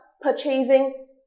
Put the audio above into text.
purchasing